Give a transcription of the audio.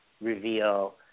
reveal